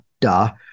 duh